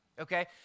okay